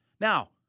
Now